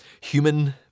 human